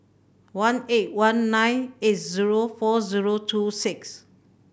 one eight one nine eight zero four zero two six